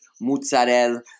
mozzarella